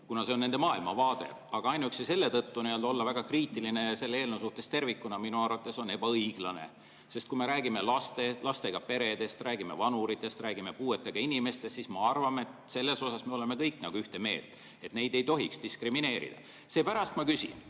kuna selline on nende maailmavaade. Aga ainuüksi selle tõttu olla väga kriitiline eelnõu suhtes tervikuna on minu arvates ebaõiglane. Kui me räägime lastega peredest, räägime vanuritest, räägime puudega inimestest, siis ma arvan, et me oleme kõik ühte meelt, et neid ei tohiks diskrimineerida. Seepärast ma küsin.